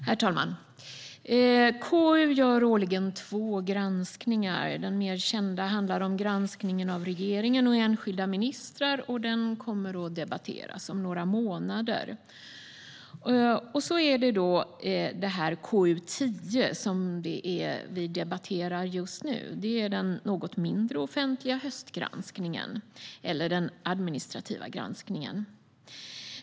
Herr talman! KU gör årligen två granskningar. Den mer kända handlar om granskningen av regeringen och enskilda ministrar. Den kommer att debatteras om några månader. Sedan har vi KU 10, som vi debatterar just nu. Det är den något mindre offentliga höstgranskningen eller den administrativa granskningen.